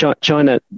China